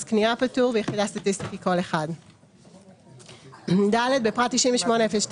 מס קנייה פטור ויחידה סטטיסטיתכ"א"; (ד) בפרט 98.02,